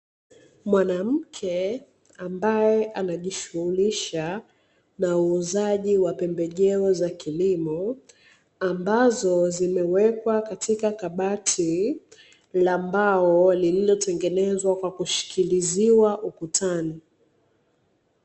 Mwanamke ambaye anajishughulisha na uuzaji wa pembejeo za kilimo, ambazo zimewekwa katika kabati la mbao lililotengenezwa kwa kushikiliziwa ukutani.